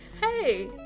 hey